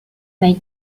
make